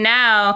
now